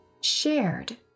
shared